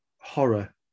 horror